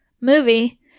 movie